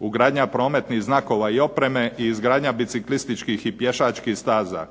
ugradnja prometnih znakova i opreme i izgradnja biciklističkih i pješačkih staza.